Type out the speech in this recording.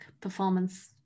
performance